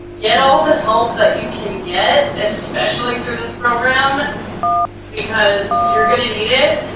you know the help that you especially through this program and because you're gonna need it.